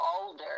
older